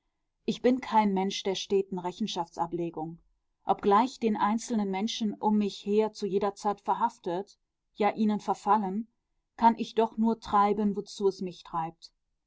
ich bin kein mensch der steten rechenschaftsablegung obgleich den einzelnen menschen um mich her zu jeder zeit verhaftet ja ihnen verfallen kann ich doch nur treiben wozu es mich treibt